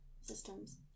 systems